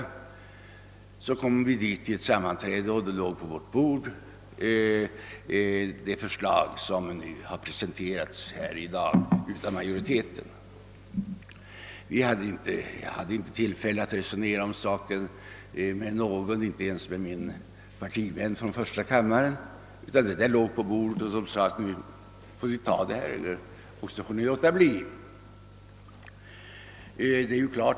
När vi sedan i utskottet kom till verklig överläggning låg på vårt bord det förslag som utskottsmajoriteten i dag har presenterat här i kammaren. Vid det utskottssammanträdet hade jag inte tillfälle att resonera om denna fråga med någon, inte ens med min partivän i för sta kammaren. Utlåtandet låg emellertid på bordet och majoriteten förklarade att vi fick tillstyrka det eller låta bli.